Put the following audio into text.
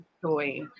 joy